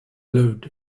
lived